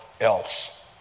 else